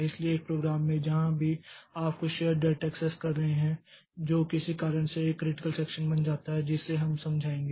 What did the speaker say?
इसलिए एक प्रोग्राम में जहाँ भी आप कुछ शेर्ड डेटा एक्सेस कर रहे हैं जो किसी कारण से एक क्रिटिकल सेक्षन बन जाता है जिसे हम समझाएंगे